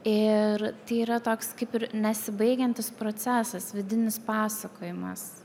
ir tai yra toks kaip ir nesibaigiantis procesas vidinis pasakojimas